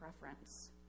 preference